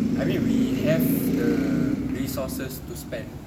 I mean we have the resources to spend